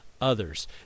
others